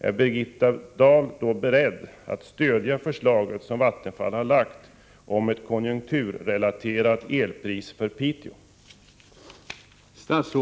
Är Birgitta Dahl mot den bakgrunden beredd att stödja det förslag som = Nr 51 Vattenfall har lagt fram om ett konjunkturrelaterat elpris för Piteå?